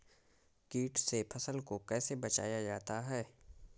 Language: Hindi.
कीट से फसल को कैसे बचाया जाता हैं?